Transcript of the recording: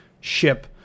ship